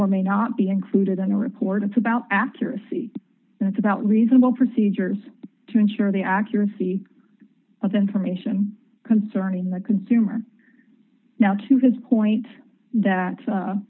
or may not be included in the report it's about accuracy and it's about reasonable procedures to ensure the accuracy of the information concerning the consumer now to his point that